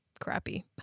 crappy